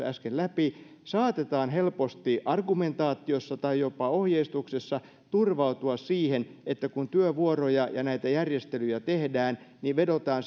äsken läpi saatetaan helposti argumentaatiossa tai jopa ohjeistuksessa turvautua siihen että kun työvuoroja ja näitä järjestelyjä tehdään niin vedotaan